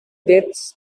deaths